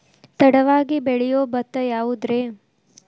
ತಡವಾಗಿ ಬೆಳಿಯೊ ಭತ್ತ ಯಾವುದ್ರೇ?